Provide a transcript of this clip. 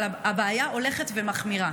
אבל הבעיה הולכת ומחמירה.